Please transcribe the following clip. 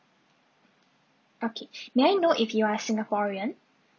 okay may I know if you are a singaporean